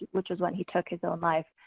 which is when he took his own life.